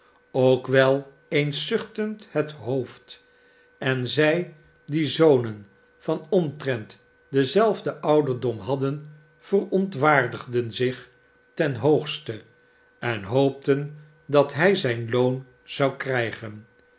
ook wel eens zuchtend het hoofd en zij die zonen van omtrent denzelfden ouderdom hadden verontwaardigden zich ten hoogste en hoopten dat hij zijn loon zou krijgen